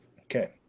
Okay